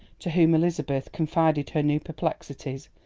to whom elizabeth confided her new perplexities,